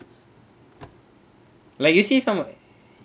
like you see some